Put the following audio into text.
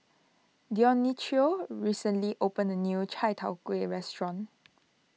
Dionicio recently opened a new Chai Tow Kway restaurant